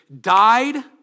died